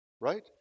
Right